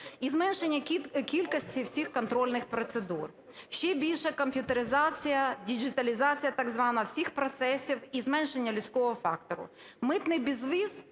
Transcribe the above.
і зменшення кількості всіх контрольних процедур, ще більша комп'ютеризація, діджиталізація так звана, всіх процесів і зменшення людського фактору. Митний безвіз